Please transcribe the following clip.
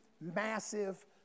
massive